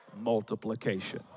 multiplication